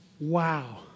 wow